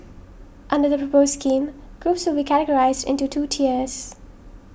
under the proposed scheme groups will be categorised into two tiers